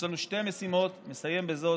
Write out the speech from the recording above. יש לנו שתי משימות, ונסיים בזאת: